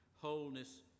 wholeness